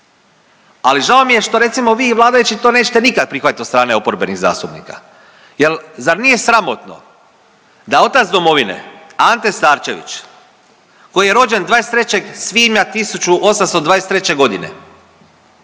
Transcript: Ali žao mi je što recimo vi i vladajući to nećete nikad prihvatiti od strane oporbenih zastupnika, jer zar nije sramotno da otac Domovine Ante Starčević koji je rođen 23. svibnja 1823. godine